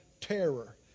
terror